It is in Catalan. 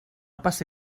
passa